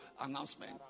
announcement